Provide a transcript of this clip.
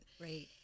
Right